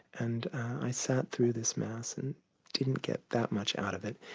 and i sat through this mass and didn't get that much out of it.